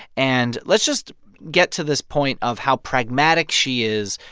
and let's just get to this point of how pragmatic she is,